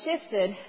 shifted